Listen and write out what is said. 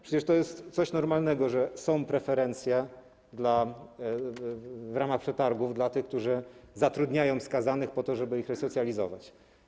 Przecież to jest coś normalnego, że są preferencje w ramach przetargów dla tych, którzy zatrudniają skazanych, po to, żeby ich resocjalizować.